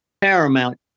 paramount